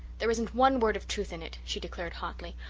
there isn't one word of truth in it, she declared hotly.